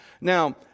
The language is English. Now